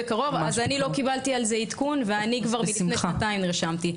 במקום לייאש פה את הבנות מאחור, תיצמדי למה שקרה.